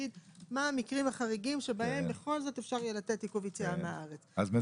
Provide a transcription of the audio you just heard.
מה המקרים החריגים שבהם בכל זאת אפשר יהיה לתת צו עיכוב יציאה מהארץ.